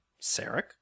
Sarek